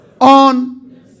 On